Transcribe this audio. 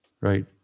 right